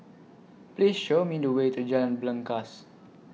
Please Show Me The Way to Jalan Belangkas